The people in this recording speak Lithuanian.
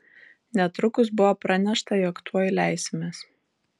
netrukus buvo pranešta jog tuoj leisimės